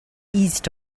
east